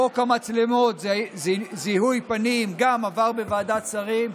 חוק המצלמות, זיהוי פנים, גם עבר בוועדת שרים.